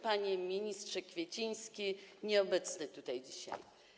Panie ministrze Kwieciński nieobecny tutaj dzisiaj!